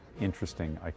interesting